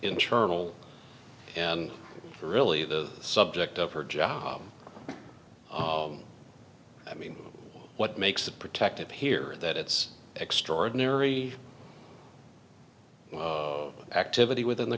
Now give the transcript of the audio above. internal and really the subject of her job i mean what makes a protected here that it's extraordinary activity within the